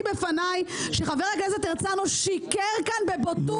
ונתחדשה בשעה 13:36.